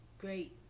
great